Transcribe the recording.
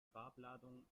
farbladung